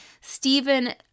Stephen